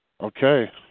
Okay